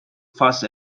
first